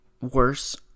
worse